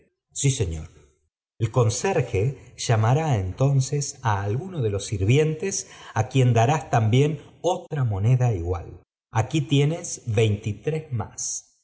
sf señor el conserje llamará entonces á alguno de lo sirvientes á quien darás también otra moneda igual aquí tienes veintitrés más